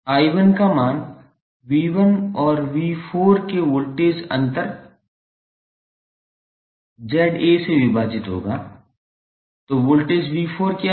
𝐼1 का मान 𝑉1 और 𝑉4 के बीच वोल्टेज अंतर 𝑍𝐴 से विभाजित होगा तो वोल्टेज 𝑉4 क्या है